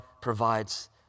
provides